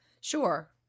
Sure